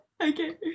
okay